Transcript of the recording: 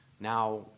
now